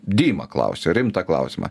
dyma klausia rimtą klausimą